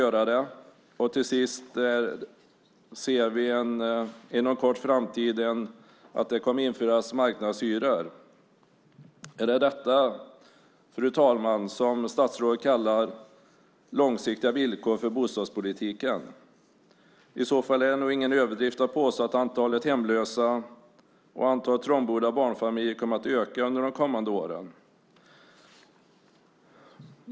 För det tredje ser vi att marknadshyror kommer att införas inom en snar framtid. Är det detta, fru talman, som statsrådet kallar långsiktiga villkor för bostadspolitiken? I så fall är det ingen överdrift att påstå att antalet hemlösa och trångbodda barnfamiljer kommer att öka under de kommande åren.